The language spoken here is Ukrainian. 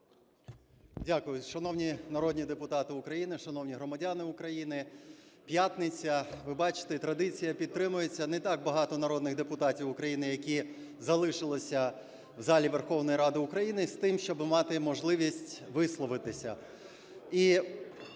Дякую. Шановні народні депутати України, шановні громадяни України! П'ятниця, ви бачите, традиція підтримується, не так багато народних депутатів України, які залишилися в залі Верховної Ради України з тим, щоби мати можливість висловитися.